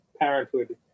parenthood